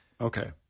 Okay